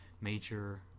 major